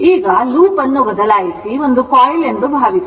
ಈಗ ಲೂಪ್ ಅನ್ನು ಬದಲಾಯಿಸಿ ಒಂದು ಕಾಯಿಲ್ ಎಂದು ಭಾವಿಸೋಣ